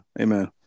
amen